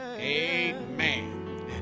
Amen